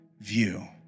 view